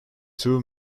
two